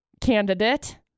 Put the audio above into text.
candidate